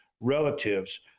relatives